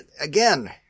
again